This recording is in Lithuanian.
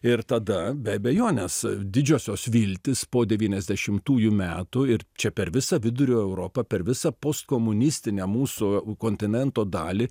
ir tada be abejonės didžiosios viltys po devyniasdešimtųjų metų ir čia per visą vidurio europą per visą postkomunistinę mūsų kontinento dalį